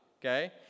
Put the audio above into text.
Okay